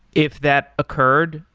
if that occurred,